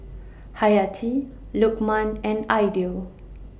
Hayati Lukman and Aidil